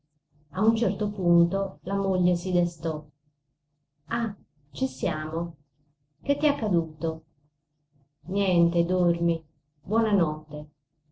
a un certo punto la moglie si destò ah ci siamo che t'è accaduto niente dormi